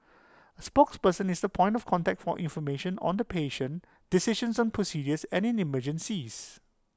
A spokesperson is the point of contact for information on the patient decisions on procedures and in emergencies